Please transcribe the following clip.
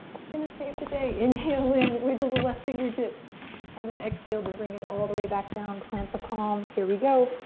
he's gonna save the day. inhale it in, wiggle the left fingertips and then exhale to bring it all the way back down. plant the palms, here we go.